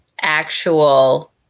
actual